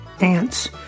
ants